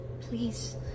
Please